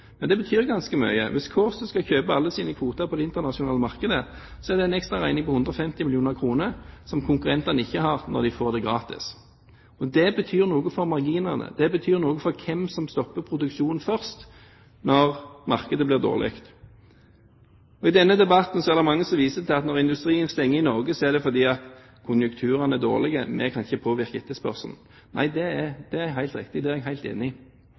Men det betyr ganske mye. Hvis Kårstø skal kjøpe alle sine kvoter på det internasjonale markedet, er det en ekstra regning på 150 mill. kr som konkurrentene ikke har når de får det gratis. Det betyr noe for marginene. Det betyr noe for hvem som stopper produksjonen først når markedet blir dårlig. I denne debatten er det mange som viser til at når industrien stenger i Norge, er det fordi konjunkturene er dårlige – vi kan ikke påvirke etterspørselen. Nei, det er helt riktig, og det er jeg helt enig i.